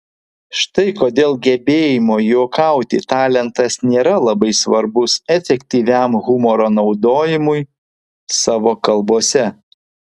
štai kodėl gebėjimo juokauti talentas nėra labai svarbus efektyviam humoro naudojimui savo kalbose